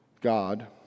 God